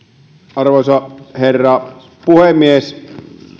arvoisa herra puhemies